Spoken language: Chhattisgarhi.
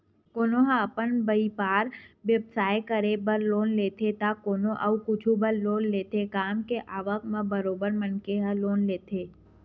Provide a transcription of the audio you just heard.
कोनो ह अपन बइपार बेवसाय करे बर लोन लेथे त कोनो अउ कुछु बर लोन लेथे काम के आवक म बरोबर मनखे ह लोन लेथे